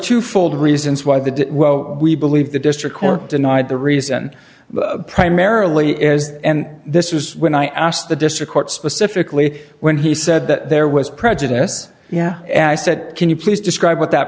two fold reasons why the we believe the district clerk denied the reason primarily is and this was when i asked the district court specifically when he said that there was prejudice yeah and i said can you please describe what that